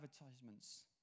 advertisements